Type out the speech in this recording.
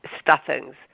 stuffings